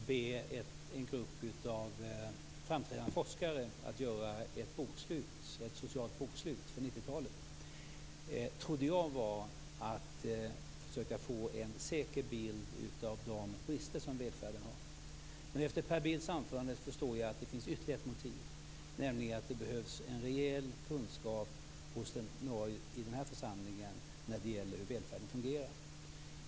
Herr talman! Det väsentliga motivet till att man ber en grupp framträdande forskare att göra ett socialt bokslut för 1990-talet trodde jag var att man skulle försöka få en säker bild av de brister som finns i välfärden. Men efter Per Bills anförande förstår jag att det finns ytterligare ett motiv, nämligen att det behövs en reell kunskap hos några i den här församlingen om hur välfärden fungerar.